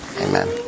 Amen